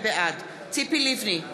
בעד ציפי לבני,